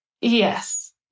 Yes